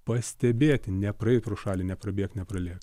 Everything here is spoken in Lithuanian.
pastebėti nepraeit pro šalį neprabėgt nepralėkt